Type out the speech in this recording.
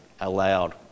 allowed